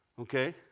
Okay